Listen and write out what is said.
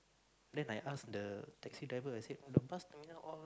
then I ask the taxi driver I said oh the bus terminal all